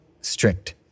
strict